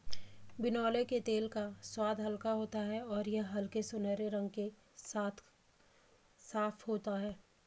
बिनौले के तेल का स्वाद हल्का होता है और यह हल्के सुनहरे रंग के साथ साफ होता है